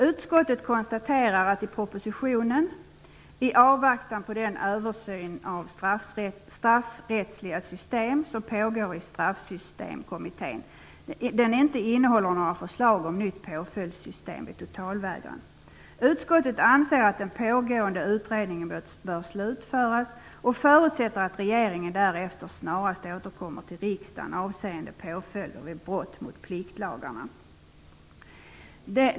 Utskottet konstaterar att propositionen inte innehåller några förslag om ett nytt påföljdssystem vid totalvägran. Man vill avvakta den översyn av straffrättsliga system som pågår inom Straffsystemkommittén. Utskottet anser att den pågående utredningen bör slutföras, och man förutsätter att regeringen snarast därefter återkommer till riksdagen avseende påföljder vid brott mot pliktlagarna.